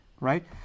right